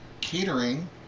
Catering